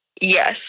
Yes